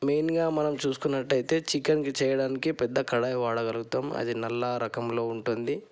మెయిన్గా మనం చూసుకున్నట్టయితే చికెన్ చేయడానికి పెద్ద కడాయి వాడగలుగుతాం అది నల్లా రకంలో ఉంటుంది